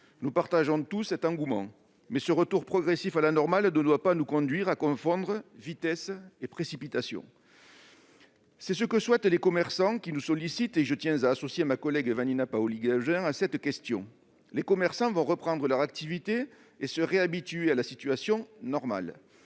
Nous partageons tous cet engouement. Mais ce retour progressif à la normale ne doit pas conduire à confondre vitesse et précipitation. C'est ce que souhaitent les commerçants qui nous ont sollicités, et je tiens à associer à ma question ma collègue Vanina Paoli-Gagin. Les commerçants vont reprendre leur activité et se réhabituer à travailler